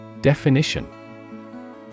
Definition